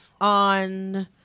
on